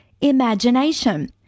imagination